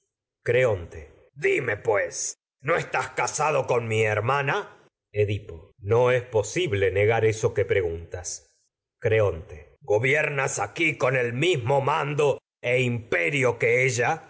creonte hermana edipo dime pues no estás casado con mi no es posible negar eso que preguntas creonte gobiernas aquí con el mismo mando e imperio que ella